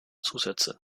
zusätze